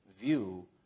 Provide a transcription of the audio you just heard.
view